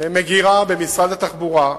מגירה במשרד התחבורה,